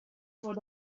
for